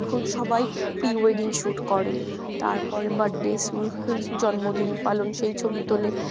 এখন সবাই pre wedding shoot করে তারপরে বার্থডে জন্মদিন পালন সেই ছবি তোলে